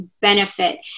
benefit